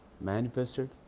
manifested